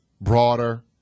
broader